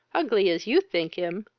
ugly as you think him,